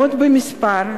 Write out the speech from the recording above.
מאות במספר,